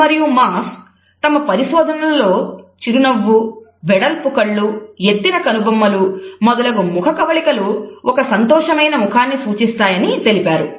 wolf తమ పరిశోధనలలో చిరునవ్వు వెడల్పు కళ్ళు ఎత్తిన కనుబొమ్మలు మొదలగు ముఖకవళికలు ఒక సంతోషమైన ముఖాన్ని సూచిస్తాయి అని తెలిపారు